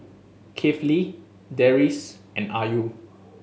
Kifli Deris and Ayu